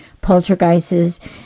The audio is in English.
poltergeists